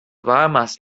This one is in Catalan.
bahames